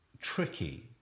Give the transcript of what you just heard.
tricky